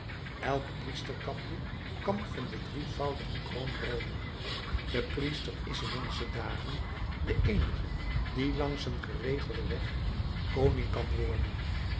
elk priesterkapje kan van de drievoudige kroon droomen de priester is in onze dagen de eenige die langs een geregelden weg koning kan worden